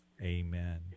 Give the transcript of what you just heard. Amen